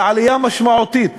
על עלייה משמעותית